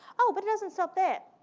oh, but it doesn't stop there.